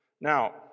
Now